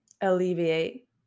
alleviate